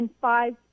five